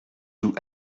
joue